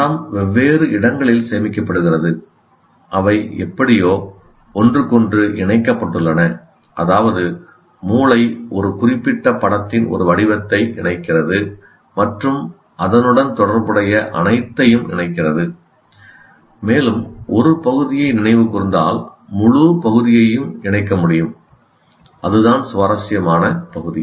படம் வெவ்வேறு இடங்களில் சேமிக்கப்படுகிறது அவை எப்படியோ ஒன்றுக்கொன்று இணைக்கப்பட்டுள்ளன அதாவது மூளை ஒரு குறிப்பிட்ட படத்தின் ஒரு வடிவத்தை இணைக்கிறது மற்றும் அதனுடன் தொடர்புடைய அனைத்தையும் இணைக்கிறது மேலும் ஒரு பகுதியை நினைவு கூர்ந்தால் முழு பகுதியையும் இணைக்க முடியும் அதுதான் சுவாரஸ்யமான பகுதி